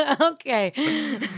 Okay